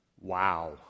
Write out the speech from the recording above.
wow